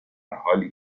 حالی